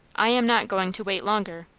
i am not going to wait longer.